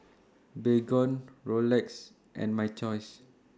Baygon Rolex and My Choice